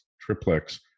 triplex